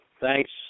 Thanks